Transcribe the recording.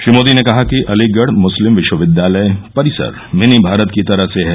श्री मोदी ने कहा कि अलीगढ मुस्लिम विश्वविद्यालय परिसर मिनी भारत की तरह है